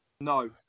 No